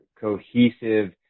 Cohesive